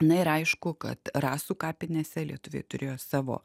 na ir aišku kad rasų kapinėse lietuviai turėjo savo